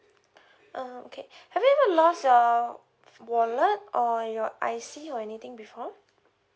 um okay have you ever lost your wallet or your I_C or anything before